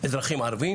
אזרחים ערבים.